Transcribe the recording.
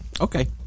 Okay